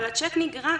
אבל הצ'ק נגרע.